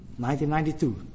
1992